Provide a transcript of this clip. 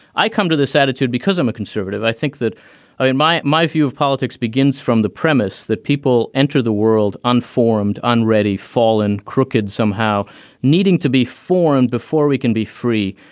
i come to this attitude because i'm a conservative. i think that in my my view of politics begins from the premise that people enter the world unformed, unready, fall, crooked, somehow needing to be formed before we can be free.